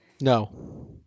No